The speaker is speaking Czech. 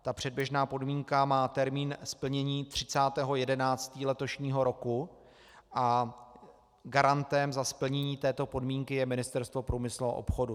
Ta předběžná podmínka má termín splnění 30. 11. letošního roku a garantem za splnění této podmínky je Ministerstvo průmyslu a obchodu.